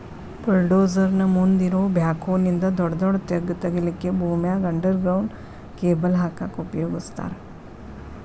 bulldozer ನ ಮುಂದ್ ಇರೋ ಬ್ಯಾಕ್ಹೊ ನಿಂದ ದೊಡದೊಡ್ಡ ತೆಗ್ಗ್ ತಗಿಲಿಕ್ಕೆ ಭೂಮ್ಯಾಗ ಅಂಡರ್ ಗ್ರೌಂಡ್ ಕೇಬಲ್ ಹಾಕಕ್ ಉಪಯೋಗಸ್ತಾರ